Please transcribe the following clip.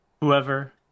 whoever